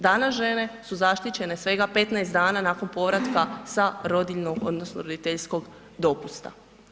Danas žene su zaštićene svega 15 dana nakon povratka sa rodiljnog odnosno roditeljskog dopusta.